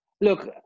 Look